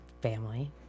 family